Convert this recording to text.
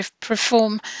perform